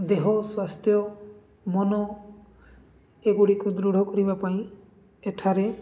ଦେହ ସ୍ୱାସ୍ଥ୍ୟ ମନ ଏଗୁଡ଼ିକୁ ଦୃଢ଼ କରିବା ପାଇଁ ଏଠାରେ